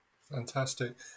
Fantastic